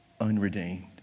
unredeemed